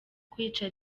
kwica